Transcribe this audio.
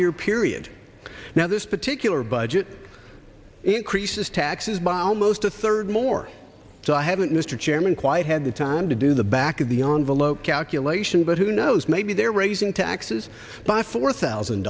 year period now this particular budget increases taxes by almost a third more so i haven't mr chairman quite had the time to do the back of beyond the low calculation but who knows maybe they're raising taxes by four thousand